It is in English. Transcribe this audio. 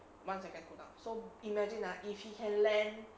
one second cool down so imagine ah if he can land